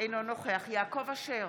אינו נוכח יעקב אשר,